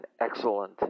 excellent